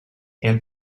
and